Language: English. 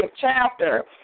chapter